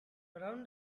around